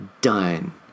done